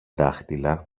δάχτυλα